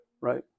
right